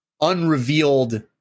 unrevealed